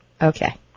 Okay